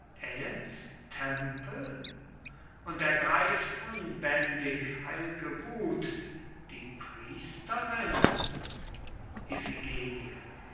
und ergreift unbändig heilge wuth die priesterin